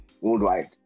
worldwide